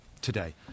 today